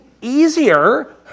easier